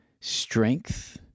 strength